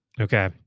Okay